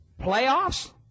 Playoffs